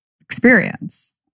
experience